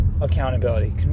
accountability